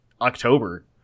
October